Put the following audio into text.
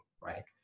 right